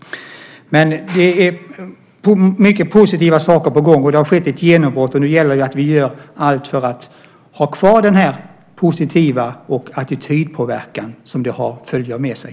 Mycket positiva saker är på gång, och det har skett ett genombrott. Nu gäller det att vi gör allt för att ha kvar den positiva attitydpåverkan som det här för med sig.